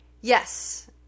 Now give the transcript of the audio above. Yes